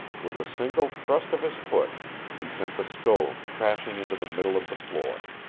with a single thrust of his foot he sent the stove crashing into the middle of the floor.